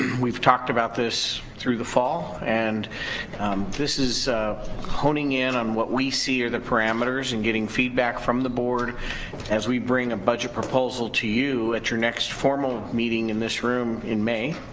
we've talked about this through the fall and this is honing in on what we see are the parameters and getting feedback from the board as we bring a budget proposal to you at your next formal meeting in this room in may,